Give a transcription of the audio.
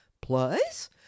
Plus